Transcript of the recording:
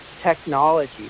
technology